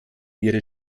ihre